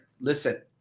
listen